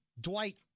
Dwight